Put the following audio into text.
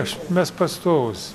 aš mes pastovūs